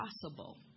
possible